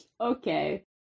Okay